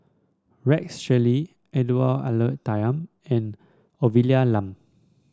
Rex Shelley Edwy Lyonet Talma and Olivia Lum